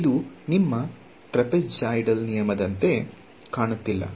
ಇದು ನಿಮ್ಮ ಟ್ರೆಪೆಜಾಯಿಡಲ್ ನಿಯಮದಂತೆ ಕಾಣುತ್ತಿಲ್ಲ